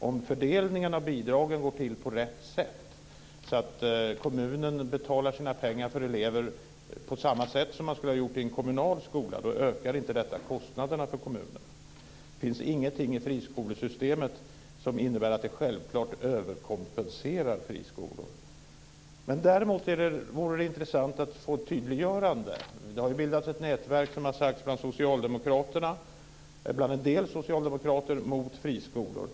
Om fördelningen av bidragen går till på rätt sätt, så att kommunen betalar sina pengar för elever på samma sätt som man skulle ha gjort i en kommunal skola, ökar inte detta kostnaderna för kommunen. Det finns ingenting i friskolesystemet som innebär att det självklart överkompenserar friskolor. Däremot vore det intressant att få ett tydliggörande. Det har ju bildats ett nätverk, som har sagts, bland en del socialdemokrater mot friskolor.